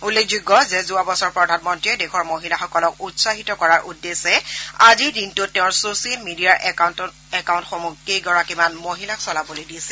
উল্লেখযোগ্য যে যোৱা বছৰ প্ৰধানমন্ৰীয়ে দেশৰ মহিলাসকলক উৎসাহিত কৰাৰ উদ্দেশ্যে আজিৰ দিনটোত তেওঁৰ ছ্চিয়েল মিডিয়াৰ একাউণ্টসমূহ কেইগৰাকীমান মহিলাক চলাবলৈ দিছিল